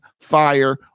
fire